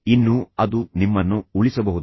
ಇನ್ನೂ ಅದು ನಿಮ್ಮನ್ನು ಉಳಿಸಬಹುದು